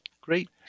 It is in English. Great